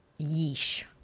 yeesh